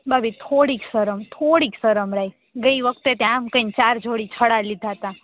ભાભી થોડી સરમ થોડીક સરમ રાઇખ ગઈ વખતે તે આમ કઈને ચાર જોડી ફરાર લીધા તા